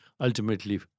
Ultimately